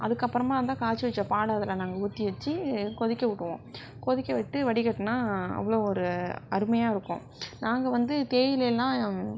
அதுக்கு அப்புறமாகதான் காய்ச்சி வச்ச பாலை அதில் நாங்கள் ஊற்றி வச்சு கொதிக்கவிடுவோம் கொதிக்க விட்டு வடிகட்டினா அவ்வளோ ஒரு அருமையாக இருக்கும் நாங்கள் வந்து தேயிலைலாம்